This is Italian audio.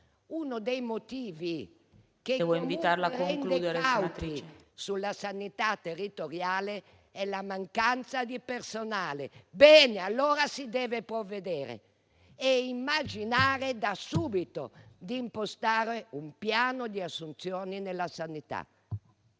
uno dei motivi che rendono cauti sulla sanità territoriale è la mancanza di personale. Bene, allora si deve provvedere e immaginare da subito di impostare un piano di assunzioni nella sanità.